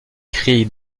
cris